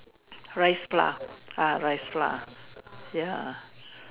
rice flour ah rice flour ya